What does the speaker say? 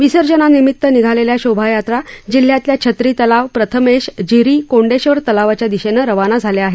विसर्जनानिमित निघालेल्या शोभायात्रा जिल्ह्यातल्या छत्री तलाव प्रथमेश झिरी कोंडेश्वर तलावाच्या दिशेनं रवाना झाल्या आहेत